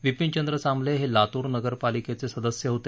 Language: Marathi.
विपीनचंद्र चामले हे लातूर नगर पालिकेचे सदस्य होते